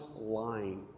lying